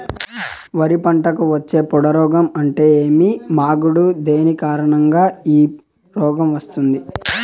వరి పంటకు వచ్చే పొడ రోగం అంటే ఏమి? మాగుడు దేని కారణంగా ఈ రోగం వస్తుంది?